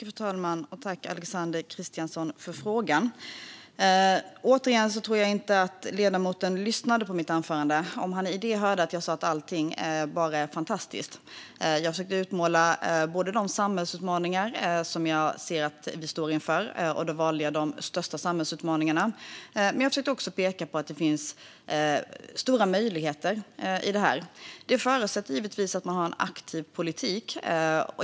Fru talman! Tack, Alexander Christiansson, för frågan! Återigen tror jag inte att ledamoten lyssnade på mitt anförande om han i det hörde att jag sa att allting bara är fantastiskt. Jag försökte utmåla de samhällsutmaningar som jag ser att vi står inför, och då valde jag de största samhällsutmaningarna. Men jag försökte också peka på att det finns stora möjligheter i detta. Det förutsätter givetvis att man har en aktiv politik.